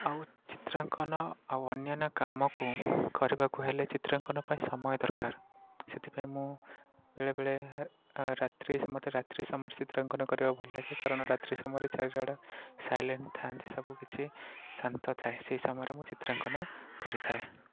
ଆଉ ଚିତ୍ରାଙ୍କନ ଆଉ ଅନ୍ୟାନ୍ୟ କାମକୁ କରିବାକୁ ହେଲେ ଚିତ୍ରାଙ୍କନ ପାଇଁ ସମୟ ଦରକାର ସେଇଥିପାଇଁ ମୁଁ ବେଳେବେଳେ ରାତ୍ରି ମୋତେ ରାତ୍ରିସମୟ ଚିତ୍ରାଙ୍କନ କରିବାକୁ ଭଲ ଲାଗେ କାରଣ ରାତ୍ରିସମୟରେ ଚାରିଆଡ଼ ସାଇଲେଣ୍ଟ ଥାଆନ୍ତି ସବୁ କିଛି ଶାନ୍ତ ଥାଏ ସେହି ସମୟରେ ମୁଁ ଚିତ୍ରାଙ୍କନ କରିଥାଏ